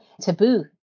taboo